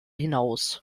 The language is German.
hinaus